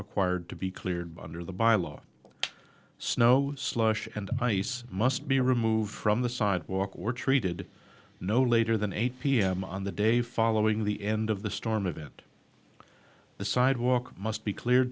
required to be cleared by under the bylaw snow slush and ice must be removed from the sidewalk were treated no later than eight pm on the day following the end of the storm of it the sidewalk must be clear